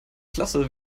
klasse